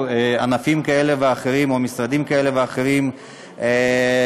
ענפים כאלה ואחרים או משרדים כאלה ואחרים מהחוק,